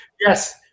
Yes